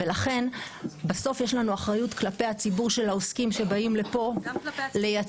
ולכן בסוף יש לנו אחריות כלפי הציבור של העוסקים שבאים לפה לייצר,